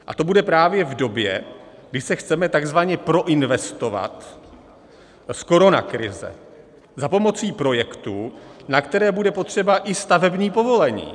A to bude právě v době, kdy se chceme tzv. proinvestovat z koronakrize za pomocí projektů, na které bude potřeba i stavební povolení.